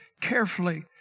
carefully